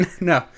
No